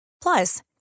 Plus